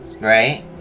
right